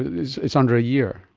it's it's under a year.